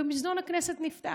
ומזנון הכנסת נפתח.